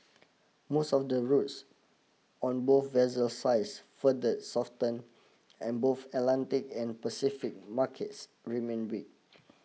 most of the routes on both vessel size further softened and both Atlantic and Pacific markets remained weak